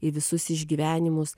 į visus išgyvenimus